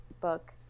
Book